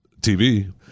TV